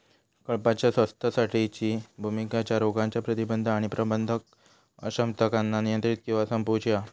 कळपाच्या स्वास्थ्यासाठीची भुमिका त्या रोगांच्या प्रतिबंध आणि प्रबंधन अक्षमतांका नियंत्रित किंवा संपवूची हा